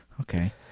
Okay